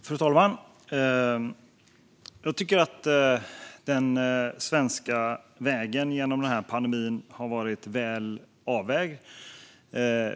Fru talman! Jag tycker att den svenska vägen genom denna pandemi har varit väl avvägd.